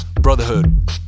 Brotherhood